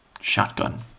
shotgun